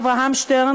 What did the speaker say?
אברהם שטרן,